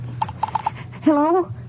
Hello